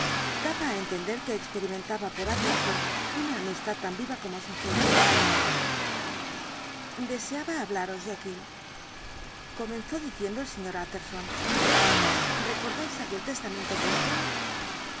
daba á entender que experimentaba por utterson una amistad tan viva como sincera deseaba hablaros jekyll comenzó diciendo el sr utterson recordáis aquel testamento vuestro